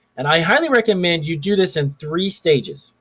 and i highly recommend you do this in three stages.